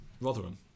Rotherham